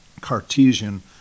Cartesian